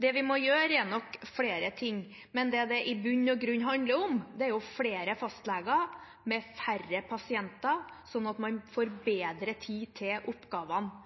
Det vi må gjøre, er nok flere ting, men det det i bunn og grunn handler om, er flere fastleger med færre pasienter, sånn at man får bedre tid til oppgavene.